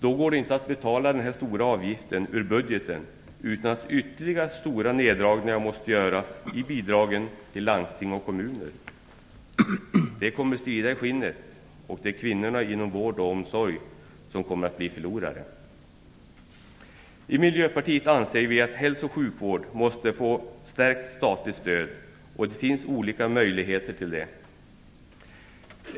Då går det inte att betala den stora avgiften ur budgeten utan att ytterligare stora neddragningar måste göras i bidragen till landsting och kommuner. Det kommer att svida i skinnet, och det är kvinnor inom vård och omsorg som kommer att bli förlorare. I miljöpartiet anser vi att hälso och sjukvården måste få förstärkt statligt stöd, och det finns olika möjligheter till det.